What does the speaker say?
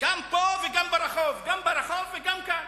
גם פה וגם ברחוב, גם ברחוב וגם כאן.